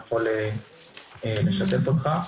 הוא יכול לשתף אותך,